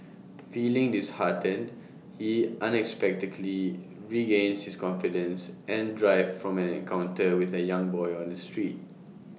feeling disheartened he unexpectedly regains his confidence and drive from an encounter with A young boy on the street